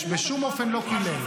בשום אופן לא קילל.